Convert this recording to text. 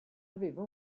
aveva